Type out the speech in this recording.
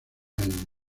año